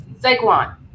Saquon